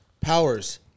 Powers